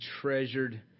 treasured